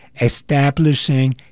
establishing